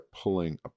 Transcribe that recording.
pulling